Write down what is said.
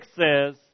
says